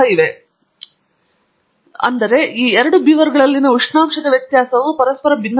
ಬೇರೆ ರೀತಿಯಲ್ಲಿ ಹೇಳುವುದಾದರೆ ಈ ಬೀವರ್ಗಳಲ್ಲಿ ಉಷ್ಣಾಂಶದ ವ್ಯತ್ಯಾಸವು ಪರಸ್ಪರ ಭಿನ್ನವಾಗಿದೆ